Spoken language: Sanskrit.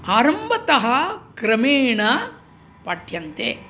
आरम्भतः क्रमेण पाठ्यन्ते